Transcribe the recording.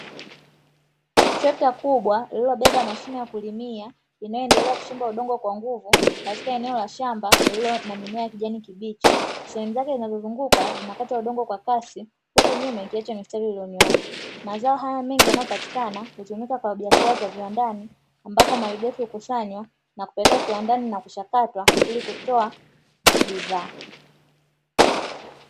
Trekta kubwa lililobeba mashine ya kulimia inayoendelea kuchimba udongo kwa nguvu katika eneo la shamba lililo na mimea ya kijani kibichi. Sehemu zake zinazozunguka zinakata udongo kwa kasi huku nyuma ikiacha mistari iliyonyooka mazao haya mengi yanayopatikana, hutumika kwa biashara za viwandani ambapo malighafi hukusanywa na kupelekwa kiwandani na kuchakatwa ili kutoa bidhaa.